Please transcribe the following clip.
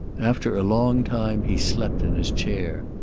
after a long time he slept in his chair.